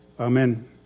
amen